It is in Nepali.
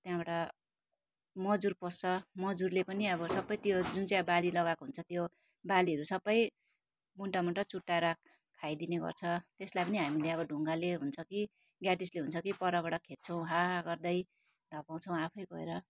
त्यहाँबाट मजुर पोस्छ मजुरले पनि अब सबै त्यो जुन चाहिँ अब बाली लगाएको हुन्छ त्यो बालीहरू सबै मुन्टामुन्टा चुट्टाएर खाइदिने गर्छ त्यसलाई पनि हामीले अब ढुङ्गाले हुन्छ कि ग्याटिसले हुन्छ कि परबाट खेद्छौँ हाहा गर्दै धपाउँछौँ आफै गएर